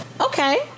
okay